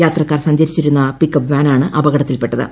യാത്രക്കാർ സഞ്ചരിച്ചിരുന്ന പിക്അപ് വാനാണ് അപകടത്തിൽപെട്ടത്